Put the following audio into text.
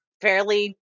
fairly